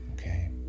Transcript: okay